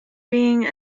being